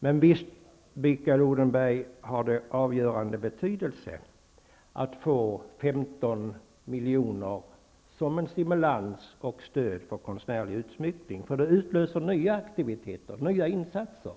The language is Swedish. Men visst, Mikael Odenberg, har det avgörande betydelse att få 15 miljoner som en stimulans och ett stöd för konstnärlig utsmyckning. Det utlöser nya aktiviteter och nya insatser.